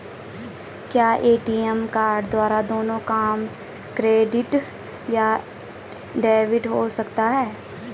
क्या ATM card द्वारा दोनों काम क्रेडिट या डेबिट हो सकता है?